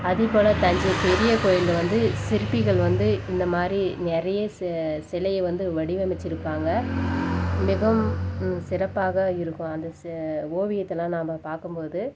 அதேபோல் தஞ்சை பெரிய கோயில் வந்து சிற்பிகள் வந்து இந்த மாதிரி நிறைய சிலையை வந்து வடிவமைச்சிருக்காங்க மிகவும் சிறப்பாக இருக்கும் அந்த ஓவியத்தலாம் நம்ம பார்க்கும்போது